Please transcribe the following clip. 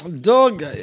Dog